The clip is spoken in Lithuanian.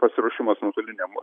pasiruošimas nuotoliniam